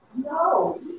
No